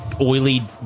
oily